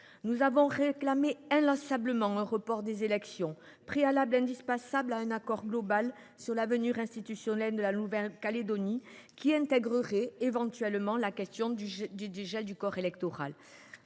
Nous avons inlassablement réclamé un report des élections, préalable indispensable à un accord global sur l’avenir institutionnel de la Nouvelle Calédonie qui intégrerait éventuellement la question du dégel du corps électoral.